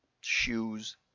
shoes